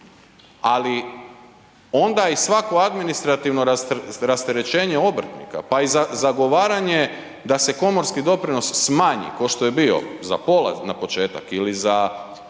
ali onda i svako administrativno rasterećenje obrtnika pa i zagovaranje da se komorski doprinos smanji kao što je bio za pola na početak ili da